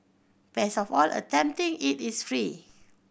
best of all attempting it is free